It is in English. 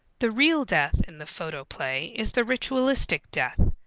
the real death in the photoplay is the ritualistic death,